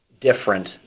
different